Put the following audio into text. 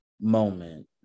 moment